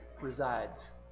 resides